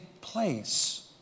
place